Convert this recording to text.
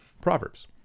proverbs